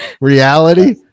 reality